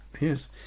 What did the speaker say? Yes